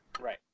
right